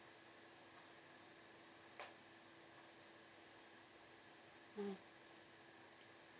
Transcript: mm